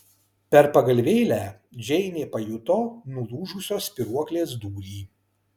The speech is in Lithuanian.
per pagalvėlę džeinė pajuto nulūžusios spyruoklės dūrį